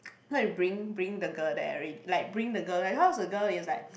then after that bring bring the girl there already like bring the girl there cause the girl is like